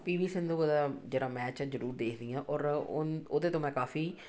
PV Sindhu ਦਾ ਜਿਹੜਾ match ਹੈ ਜ਼ਰੂਰ ਦੇਖਦੀ ਆਂ ਔਰ ਉਹ ਉਹਦੇ ਤੋਂ ਮੈਂ ਕਾਫੀ